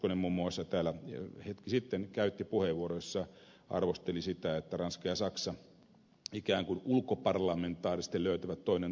hoskonen muun muassa täällä hetki sitten käytti puheenvuoron jossa arvosteli sitä että ranska ja saksa ikään kuin ulkoparlamentaarisesti löytävät toinen toisensa